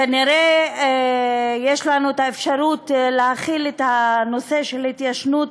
כנראה יש לנו אפשרות להחיל את הנושא של התיישנות